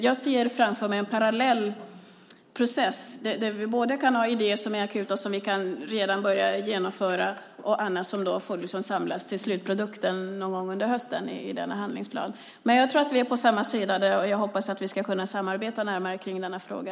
Jag ser framför mig en parallell process, där vi kan ha idéer som gäller både det akuta som vi redan kan börja genomföra och annat som samlas till slutprodukten i denna handlingsplan någon gång under hösten. Jag tror att vi är på samma sida, och jag hoppas att vi ska kunna samarbeta närmare kring denna fråga.